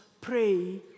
pray